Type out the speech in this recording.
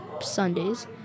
Sundays